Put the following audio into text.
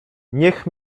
niech